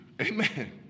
Amen